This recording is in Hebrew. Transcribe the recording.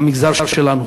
למגזר שלנו.